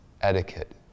etiquette